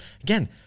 Again